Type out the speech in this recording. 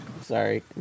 sorry